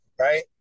Right